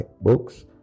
books